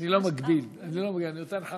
פיצוי על מה